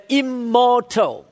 immortal